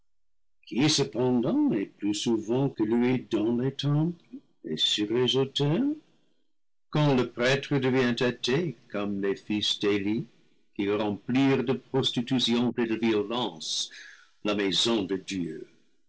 cependant est plus souvent que lui dans les temples et sur les autels quand le prêtre devient athée comme les fils d'eli qui remplirent de prostitutions et de violences la maison de dieu